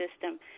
system